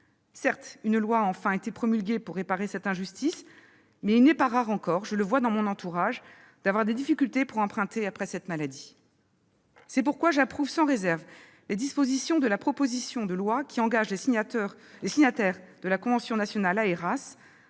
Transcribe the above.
Certes, une loi a enfin été promulguée pour réparer cette injustice, mais il n'est pas rare encore- je le vois dans mon entourage -d'avoir des difficultés pour emprunter après cette maladie. C'est pourquoi j'approuve sans réserve les dispositions de la proposition de loi qui engage les signataires de la convention nationale AERAS